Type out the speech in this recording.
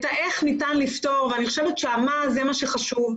את ה-איך ניתן לפתור אבל אני חושבת שה-מה זה מה שחשוב.